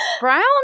brown